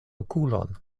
okulon